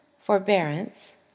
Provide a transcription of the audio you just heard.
forbearance